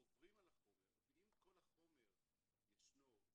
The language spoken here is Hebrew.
עוברים על החומר, ואם כל החומר ישנו ומספק,